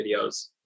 videos